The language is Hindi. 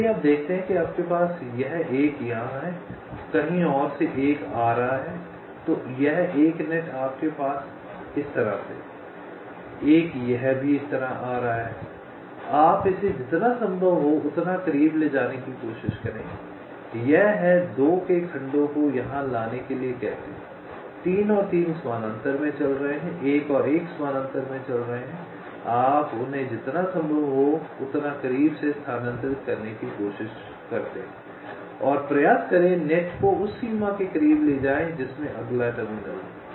यदि आप देखते हैं कि आपके पास यह 1 यहां है और कहीं और से 1 आ रहा है तो यह 1 नेट आपके पास एक तरह से है 1 यह भी इस तरह आ रहा है आप इसे जितना संभव हो उतना करीब ले जाने की कोशिश करें यह है 2 के खंडों को यहां लाने के लिए कहते हैं 3 और 3 समानांतर में चल रहे हैं 1 और 1 समानांतर में चल रहे हैं आप उन्हें जितना संभव हो उतना करीब से स्थानांतरित करने की कोशिश करते हैं और प्रयास करें नेट को उस सीमा के करीब ले जाएं जिसमें अगला टर्मिनल हो